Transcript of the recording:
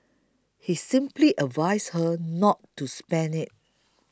he simply advised her not to spend it